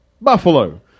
buffalo